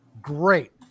great